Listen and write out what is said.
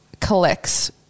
collects